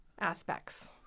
aspects